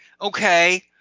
Okay